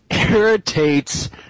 irritates